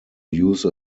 use